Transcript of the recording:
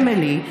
אמילי,